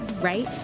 right